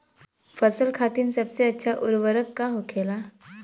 फसल खातीन सबसे अच्छा उर्वरक का होखेला?